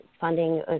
funding